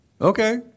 Okay